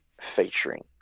featuring